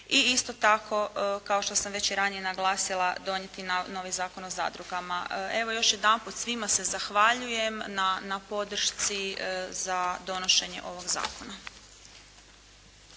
i isto tako, kao što sam već i ranije naglasila, donijeti novi Zakon o zadrugama. Evo još jedanput svima se zahvaljujem na podršci za donošenje ovog Zakona.